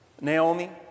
Naomi